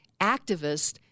activists